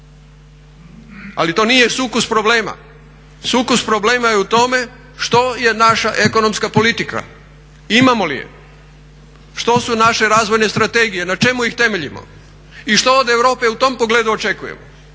Ali to nije sukus problema. Sukus problema je u tome što je naša ekonomska politika? Imamo li je? Što su naše razvojne strategije? Na čemu ih temeljimo i što od Europe u tom pogledu očekujemo?